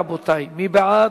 רבותי, מי בעד?